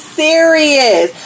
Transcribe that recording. serious